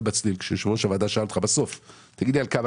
אנשים